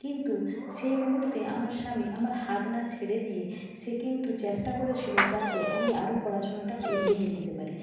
কিন্তু সেই মুহুর্তে আমার স্বামী আমার হাত না ছেড়ে দিয়ে সে কিন্তু চেষ্টা করেছিলো যাতে আমি আরও পড়াশোনাটা এগিয়ে নিয়ে যেতে পারি